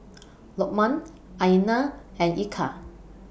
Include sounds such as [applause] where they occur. [noise] Lokman Aina and Eka